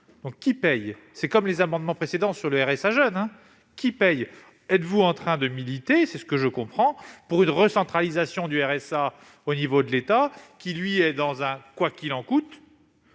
est la même que pour les amendements précédents, sur le RSA jeunes : qui paie ? Êtes-vous en train de militer- c'est ce que je comprends -pour une recentralisation du RSA au niveau de l'État qui, lui, agit « quoi qu'il en coûte »?